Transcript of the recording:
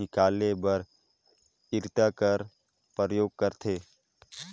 हिकाले बर इरता कर उपियोग करथे